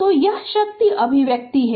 तो यह शक्ति अभिव्यक्ति है